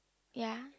ya